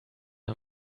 him